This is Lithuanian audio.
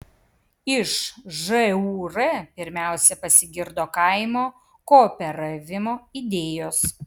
iš žūr pirmiausia pasigirdo kaimo kooperavimo idėjos